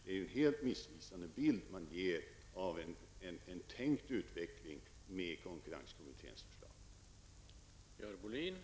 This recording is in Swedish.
Det är en helt missvisande bild man ger av en tänkt utveckling med konkurrenskommitténs förslag.